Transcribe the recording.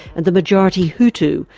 and the majority hutu,